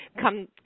come